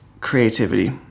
creativity